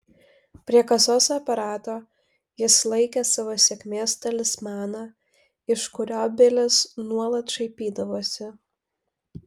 prie kasos aparato jis laikė savo sėkmės talismaną iš kurio bilis nuolat šaipydavosi